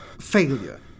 failure